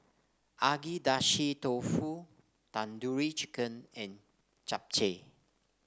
Agedashi Dofu Tandoori Chicken and Japchae